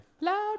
Loud